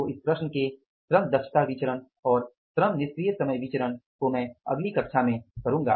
तो इस प्रश्न के श्रम दक्षता विचरण और श्रम निष्क्रिय समय विचरण को मैं अगली कक्षा में करूँगा